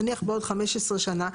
נניח בעוד 15 שנה.